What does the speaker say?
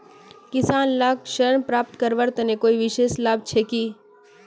किसान लाक ऋण प्राप्त करवार तने कोई विशेष लाभ छे कि?